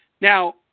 Now